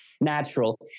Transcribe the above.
natural